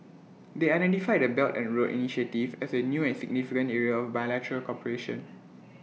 they identified the belt and road initiative as A new and significant area bilateral cooperation